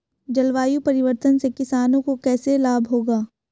जलवायु परिवर्तन से किसानों को कैसे लाभ होगा?